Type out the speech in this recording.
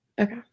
Okay